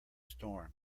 storm